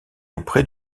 auprès